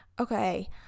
okay